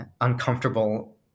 uncomfortable